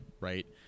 right